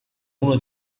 uno